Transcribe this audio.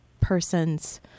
person's